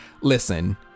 listen